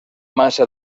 massa